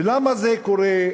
ולמה זה קורה,